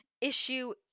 issue